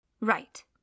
Right